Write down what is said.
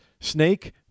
snake